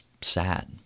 sad